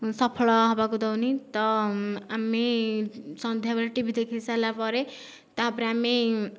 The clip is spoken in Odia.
ସଫଳ ହେବାକୁ ଦେଉନି ତ ଆମେ ସନ୍ଧ୍ୟାବେଳେ ଟିଭି ଦେଖିସାରିଲା ପରେ ତାପରେ ଆମେ